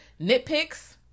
nitpicks